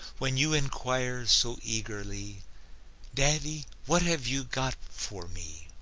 when you inquire so eagerly daddy, what have you got for me?